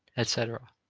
etc,